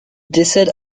décède